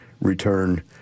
return